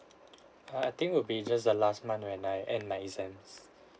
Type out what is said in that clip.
err I think will be just the last month when I end my exams